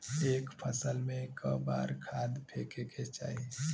एक फसल में क बार खाद फेके के चाही?